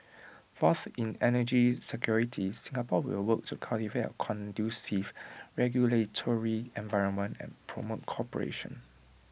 fourth in energy security Singapore will work to cultivate A conducive regulatory environment and promote cooperation